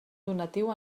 donatiu